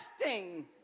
testing